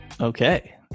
Okay